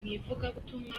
ivugabutumwa